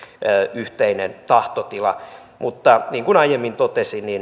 yhteinen tahtotila mutta niin kuin aiemmin totesin